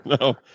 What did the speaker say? No